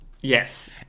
Yes